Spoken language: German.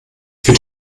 für